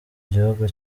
gihugu